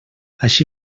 així